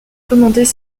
commandées